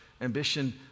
Ambition